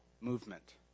movement